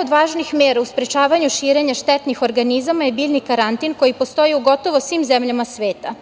od važnih mera u sprečavanju širenja štetnih organizama je biljni karantin, koji postoji u gotovo svim zemljama sveta.